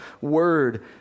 word